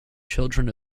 children